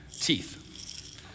teeth